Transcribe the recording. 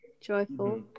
joyful